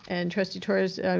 and trustee torres,